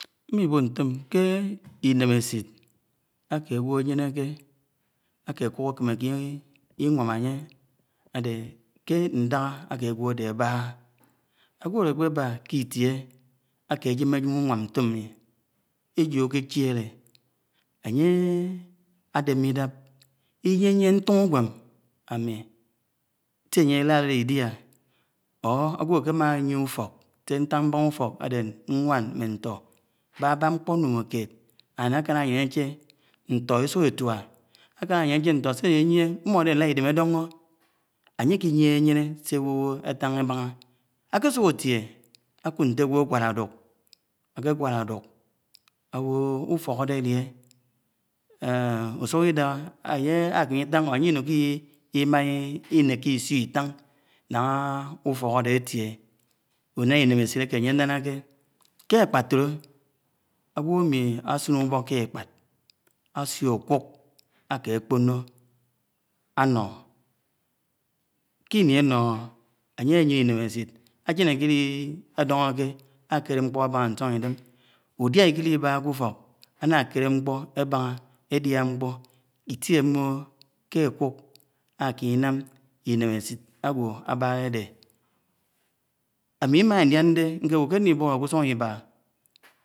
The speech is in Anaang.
. ḿmnwo̱ n̄to̱n ḱe íneme̱ćhit àke àgwo̱ àyeneké, àke àkuk àkeméké líuam anye àde kè ndahà agwo̱ àde ábahà agwo̱ àde àkpeba kè itie áke ájenèjec ùwam nto̱mi éjo̱ àkećhelè anye̱ àdeme̱ idap o̱r ágwo̱ àkem̃a agie ùfo̱k sé ntàn m̃baba̱ ùfo̱k àde n̄wan n̄e n̄to̱ kpa n̄kpo̱ nno̱mskèd ońu̱ àkanà ayèn ache nto esuk etua, àla ídem àdo̱ho̱ ánye iḱiyenekè yené àsuk àtie akud n̄te àgwo̱ ànye àkene ítan ànye ínuki íma ìsio̱ itan naha ufok ade atie, una ineme̱ćhit ake ànye ánunaké k̀e àkpabíle aywo̱ àmi àsin ubo̱k ke ekpad asio̱ okuk a̱ke kpono ano̱ kini ànoh anye ayen̄é íneme̱ćhit, àjeṉ akenidemi údia ákelibàha ké ufo̱k, ànakèle ńkpo̱ àbaha̱ édia ńkpo̱, Itie mboho ke akuk akémén inam íneme̱ćhit agwo aba ádédé, ami mán ńlian dé nkéwo ke ńlibolo ké úsún édia.